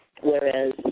whereas